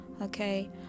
Okay